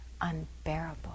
unbearable